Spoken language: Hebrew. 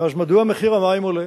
אז מדוע מחיר המים עולה?